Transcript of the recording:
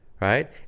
right